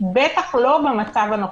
בטח לא במצב הנוכחי.